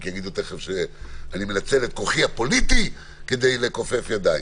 כי יגידו תיכף שאני מנצל את כוחי הפוליטי כדי לכופף ידיים.